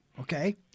okay